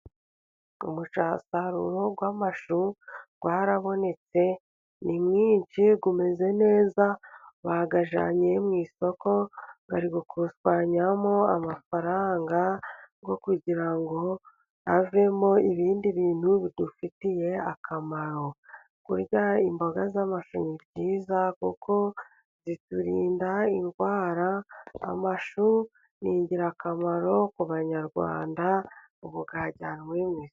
Umusaruro bw'amashu warabonetse, ni mwinshi, umeze neza, bayajyanye mu isoko, bari gukusanyamo amafaranga kugira ngo avemo ibindi bintu bidufitiye akamaro, kurya imboga z'amashu ni byiza, kuko ziturinda indwara. Amashu ni ingirakamaro ku banyarwanda. Ubu yajyanwe mu isoko.